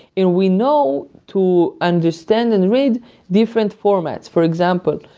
and we know to understand and read different formats. for example,